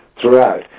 throughout